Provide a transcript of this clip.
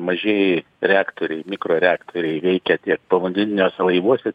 mažieji reaktoriai mikroreaktoriai veikia tiek povandeniniuose laivuose